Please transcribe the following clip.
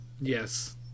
Yes